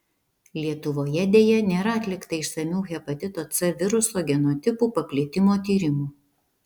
lietuvoje deja nėra atlikta išsamių hepatito c viruso genotipų paplitimo tyrimų